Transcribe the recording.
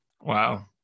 wow